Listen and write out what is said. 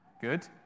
Good